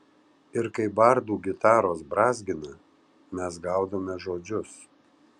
ir kai bardų gitaros brązgina mes gaudome žodžius